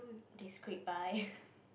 they scrape by